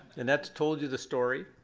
annette told you the story.